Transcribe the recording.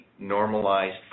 normalized